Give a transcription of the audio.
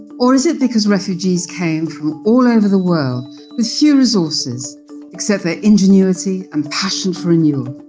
or is it because refugees came from all over the world with few resources except their ingenuity and passion for renewal?